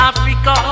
Africa